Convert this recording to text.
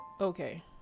okay